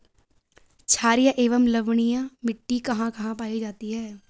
छारीय एवं लवणीय मिट्टी कहां कहां पायी जाती है?